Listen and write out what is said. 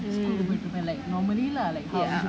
mm ya